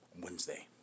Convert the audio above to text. Wednesday